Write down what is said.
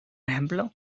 ejemplo